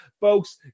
Folks